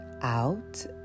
out